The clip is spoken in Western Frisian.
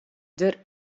der